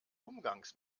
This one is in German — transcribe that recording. umgangs